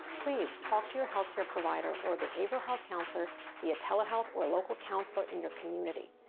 please talk to your health care provider or behavioral health counselor via telehealth or local counselor in your community.